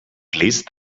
please